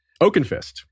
Oakenfist